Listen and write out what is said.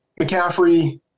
McCaffrey